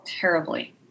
terribly